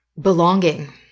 belonging